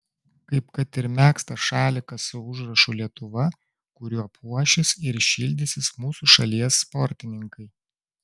kaip kad ir megztas šalikas su užrašu lietuva kuriuo puošis ir šildysis mūsų šalies sportininkai